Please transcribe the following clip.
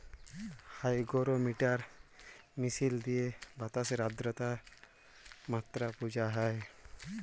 hygrometer মিশিল দিঁয়ে বাতাসের আদ্রতার মাত্রা বুঝা হ্যয়